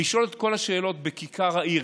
לשאול את כל השאלות בכיכר העיר?